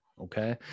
okay